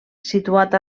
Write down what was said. situat